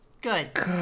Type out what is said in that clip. Good